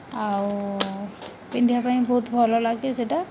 ଆଉ ପିନ୍ଧିବା ପାଇଁ ବହୁତ ଭଲ ଲାଗେ ସେଇଟା